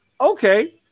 Okay